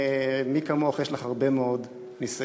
ומי כמוך, יש לך הרבה מאוד ניסיון,